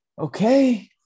okay